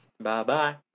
Bye-bye